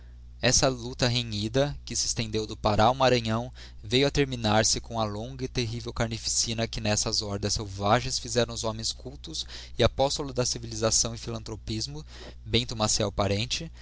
essa luta renhida que se estendeu do pará ao maranhão veio a terminar se com a longa e terrível carnificina que nessas hordas selvagens fizeram os homens cultos e apóstolos da civilisação e philantropisrao bento maciel parente